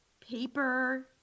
paper